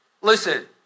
Listen